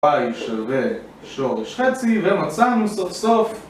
פיי שווה שורש חצי ומצאנו סוף סוף